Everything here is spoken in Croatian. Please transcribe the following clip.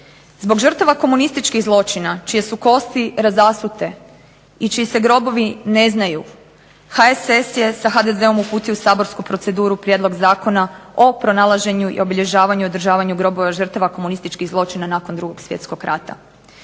Zbog žrtava komunističkih zločina čije su kosti razasute i čiji se grobovi ne znaju HSS je sa HDZ-om uputio u saborsku proceduru prijedlog Zakona o pronalaženju i obilježavanju, održavanju grobova žrtava komunističkih zločina nakon Drugog svjetskog rata.